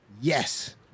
yes